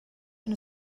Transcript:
and